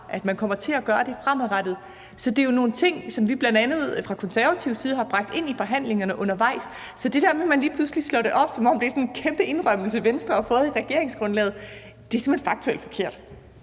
at man kommer til at gøre det fremadrettet. Så det er jo nogle ting, som vi bl.a. fra konservativ side har bragt ind i forhandlingerne undervejs. Så det der med, at man lige pludselig slår det op, som om det er sådan en kæmpe indrømmelse, som Venstre har fået i regeringsgrundlaget, er simpelt hen faktuelt forkert.